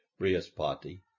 Brihaspati